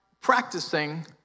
practicing